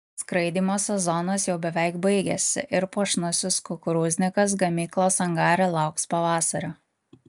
skraidymo sezonas jau beveik baigėsi ir puošnusis kukurūznikas gamyklos angare lauks pavasario